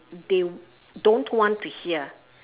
they don't want to hear